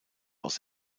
aus